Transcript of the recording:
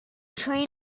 train